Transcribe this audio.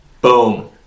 Boom